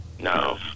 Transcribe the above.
No